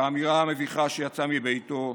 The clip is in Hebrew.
כאמירה המביכה שיצאה מביתו,